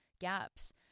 gaps